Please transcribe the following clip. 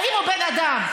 אם הוא בן אדם.